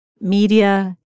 media